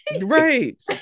right